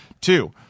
Two